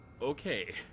Okay